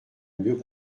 mieux